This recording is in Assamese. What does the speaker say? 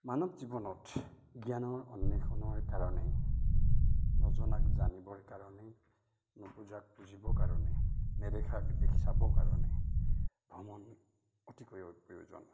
মানৱ জীৱনত জ্ঞানৰ অন্বেষণৰ কাৰণেই নজনাক জানিবৰ কাৰণে নুবুজাক বুজিবৰ কাৰণে নেদেখাক দেখ চাবৰ কাৰণে ভ্ৰমণ অতিকৈ প্ৰয়োজন